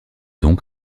donc